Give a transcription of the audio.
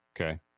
Okay